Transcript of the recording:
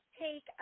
take